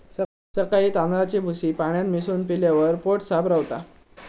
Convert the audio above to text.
सकाळी तांदळाची भूसी पाण्यात मिसळून पिल्यावर पोट साफ रवता